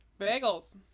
Bagels